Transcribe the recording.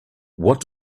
what